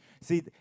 See